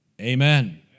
amen